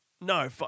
No